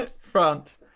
france